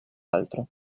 altro